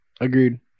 Agreed